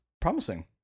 promising